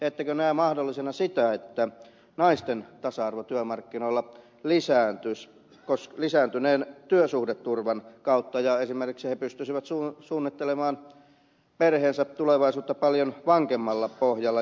ettekö näe mahdollisena sitä että naisten tasa arvo työmarkkinoilla lisääntyisi lisääntyneen työsuhdeturvan kautta ja esimerkiksi he pystyisivät suunnittelemaan perheensä tulevaisuutta paljon vankemmalla pohjalla